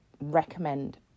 recommend